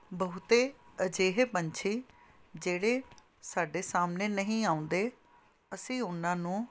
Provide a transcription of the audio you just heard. ਬਹੁਤੇ ਅਜਿਹੇ ਪੰਛੀ ਜਿਹੜੇ ਸਾਡੇ ਸਾਹਮਣੇ ਨਹੀਂ ਆਉਂਦੇ ਅਸੀਂ ਉਹਨਾਂ ਨੂੰ